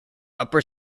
upper